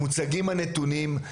מוצגים הנתונים,